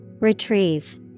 Retrieve